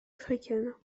africaine